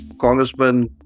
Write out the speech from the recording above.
Congressman